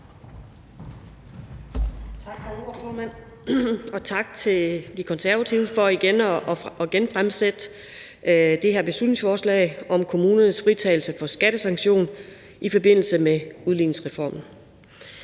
Tak for ordet, formand, og tak til De Konservative for at genfremsætte det her beslutningsforslag om kommunernes fritagelse for skattesanktion i forbindelse med udligningsreformen.